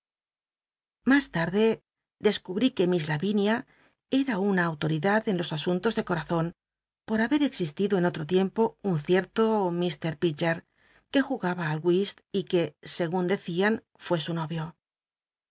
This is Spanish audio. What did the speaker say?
lilas larde descubrí que miss j ayinía cl'l una autoridad en los asuntos de corazon por habct existido en otro tiempo un cierto lir pidgcr que jugaba al whist y que segun decia fué su novio